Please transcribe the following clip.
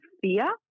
fear